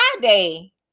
Friday